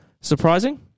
surprising